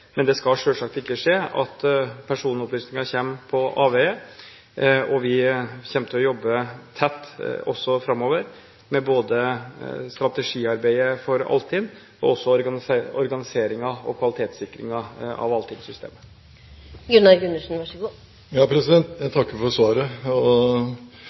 Men det skal selvsagt ikke skje, at personopplysninger kommer på avveier. Vi kommer til å jobbe tett også framover med både strategiarbeidet for Altinn og organiseringen og kvalitetssikringen av